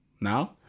now